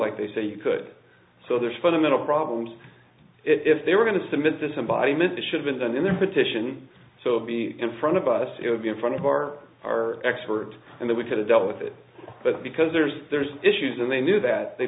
like they say you could so there's fundamental problems if they were going to submit this embodiment should have been in their petition so be in front of us it would be in front of our our expert and they would have dealt with it but because there's there's issues and they knew that they